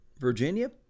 Virginia